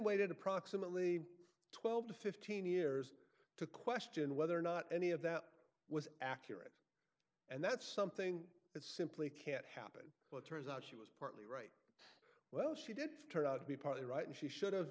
waited approximately twelve to fifteen years to question whether or not any of that was accurate and that's something that simply can't happen well it turns out she was partly right well she did turn out to be partly right and she should